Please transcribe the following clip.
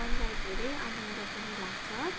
मनलाई धेरै आनन्द पनि लाग्छ